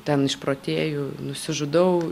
ten išprotėju nusižudau